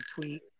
tweet